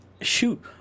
shoot